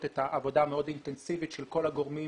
את העבודה המאוד אינטנסיבית של כל הגורמים